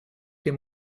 dem